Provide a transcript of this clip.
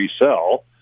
resell